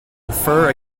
infer